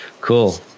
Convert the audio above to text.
cool